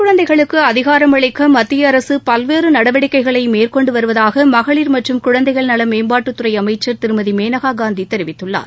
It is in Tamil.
குழந்தைகளுக்கு அதிகாரமளிக்க மத்திய அரசு பல்வேறு நடவடிக்கைகளை பெண் மேற்கொண்டு வருவதாக மகளிர் மற்றும் குழந்தைகள் மேம்பாட்டுத்துறை அமைச்சர் திருமதி மேனகா காந்தி தெரிவித்துள்ளார்